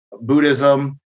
Buddhism